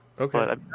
Okay